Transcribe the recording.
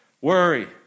worry